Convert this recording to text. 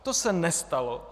To se nestalo.